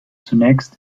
zunächst